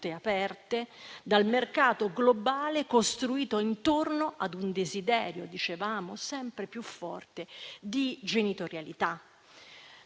aperte, del mercato globale costruito intorno a un desiderio sempre più forte di genitorialità.